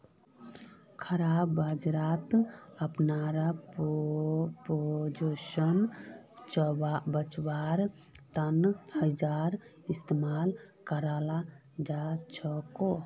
खराब बजारत अपनार पोजीशन बचव्वार तने हेजेर इस्तमाल कराल जाछेक